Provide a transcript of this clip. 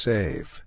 Save